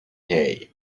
hay